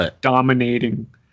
dominating